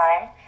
time